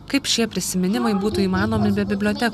kaip šie prisiminimai būtų įmanomi be bibliotek